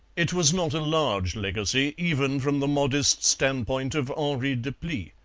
it was not a large legacy, even from the modest standpoint of henri deplis,